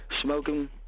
smoking